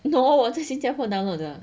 no 我是 Singtel phone download 的